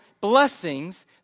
blessings